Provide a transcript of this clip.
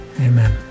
amen